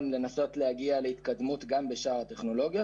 לנסות להגיע להתקדמות גם בשאר הטכנולוגיות,